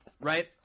right